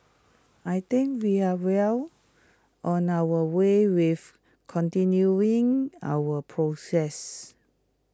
I think we are well on our way with continuing our progress